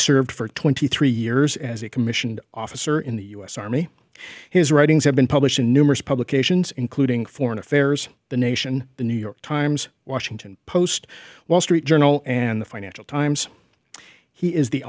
served for twenty three years as a commissioned officer in the u s army his writings have been published in numerous publications including foreign affairs the nation the new york times washington post wall street journal and the financial times he is the